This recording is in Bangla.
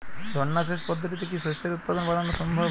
ঝর্না সেচ পদ্ধতিতে কি শস্যের উৎপাদন বাড়ানো সম্ভব?